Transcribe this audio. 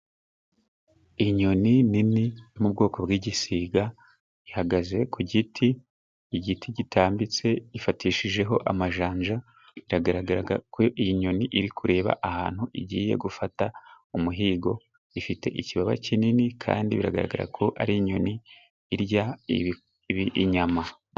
Inyoni nini yo mu bwoko bw'igisiga ihagaze ku giti, igiti gitambitse yifatishijeho amajanja biragaragara ko iyi nyoni iri kureba ahantu igiye gufata umuhigo, ifite ikibaba kinini kandi biragaragara ko ari inyoni irya inyama.